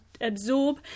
absorb